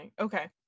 Okay